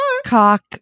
Cock